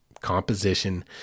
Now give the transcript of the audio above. composition